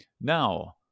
Now